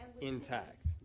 Intact